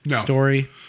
story